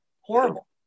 Horrible